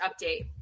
update